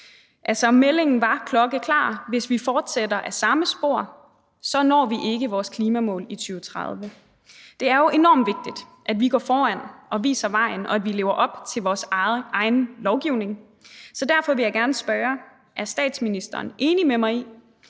meldingen var klokkeklar: Hvis vi fortsætter ad samme spor, når vi ikke vores klimamål i 2030. Der er jo enorm vigtigt, at vi går foran og viser vejen, og at vi lever op til vores egen lovgivning, så derfor vil jeg gerne spørge: Er statsministeren enig med mig i,